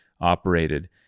operated